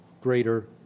greater